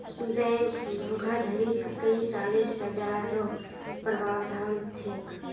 bank धोखाधडीत कई सालेर सज़ारो प्रावधान छेक